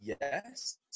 yes